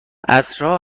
عصرا